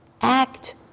act